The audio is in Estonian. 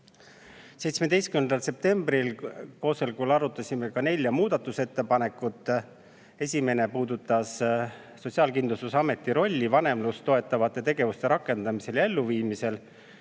17. septembri koosolekul arutasime ka nelja muudatusettepanekut. Esimene neist puudutas Sotsiaalkindlustusameti rolli vanemlust toetavate tegevuste rakendamisel ja elluviimisel